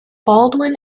baldwin